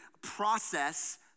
process